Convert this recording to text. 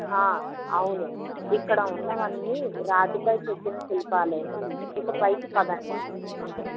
అవును ఇక్కడ ఉన్నవి అన్నీ రాతిపై చక్కిన శిల్పాలు ఇక పైకి పదండి అక్కడ